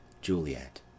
Juliet